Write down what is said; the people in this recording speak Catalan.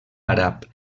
àrab